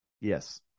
Yes